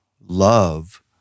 love